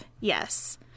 Yes